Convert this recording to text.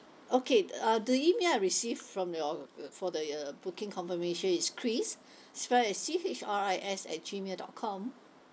okay uh the email I received from your for the uh booking confirmation is chris spelled as C H R I S at gmail dot com